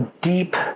deep